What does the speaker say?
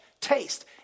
Taste